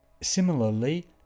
Similarly